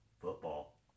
football